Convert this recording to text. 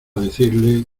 decirle